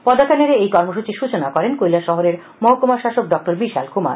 পতাকা নেড়ে এই কর্মসূচির সূচনা করেন কৈলাসহরের মহকুমা শাসক ডক্টর বিশালকুমার